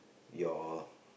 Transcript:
your